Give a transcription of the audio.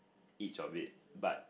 each of it but